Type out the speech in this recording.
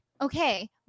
okay